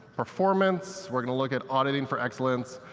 performance, we're going to look at auditing for excellence,